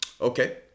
Okay